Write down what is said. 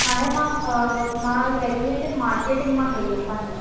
हाणे मां मां ग्रेजुएशन मार्केटिंग मां कई आहे पंहिंजी